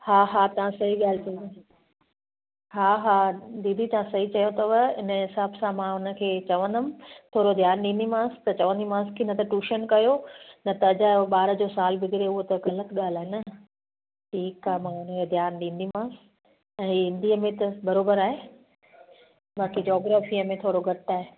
हा हा तव्हां सही ॻाल्हि चई अथव हा हा दीदी तव्हां सही चयो अथव इन हिसाब सां मां उनखे चवंदमि थोरो ध्यानु ॾींदीमास त चवंदीमास की न त टूशन कयो न त अजायो ॿार जो सालु बिगिड़े उहो त ग़लतु ॻाल्हि आहे न ठीकु आहे मां उन जो ध्यानु ॾींदीमास ऐं हिंदीअ में त बराबरि आहे बाक़ी जॉग्रॉफ़ीअ में थोरो घटि आहे